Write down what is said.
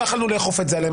לא יכולנו לאכוף את זה עליהם,